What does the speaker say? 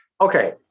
Okay